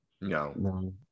no